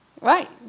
Right